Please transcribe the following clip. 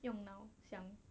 用脑想